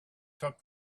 took